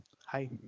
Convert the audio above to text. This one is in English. hi